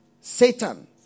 Satan